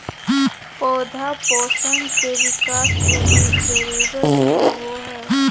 पौधा पोषण के बिकास लगी जरुरत होबो हइ